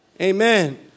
Amen